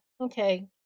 Okay